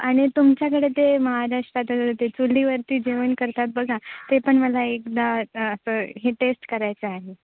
आणि तुमच्याकडे ते महाराष्ट्रात आता ते चुलीवरती जेवण करतात बघा ते पण मला एकदा असं हे टेस्ट करायचं आहे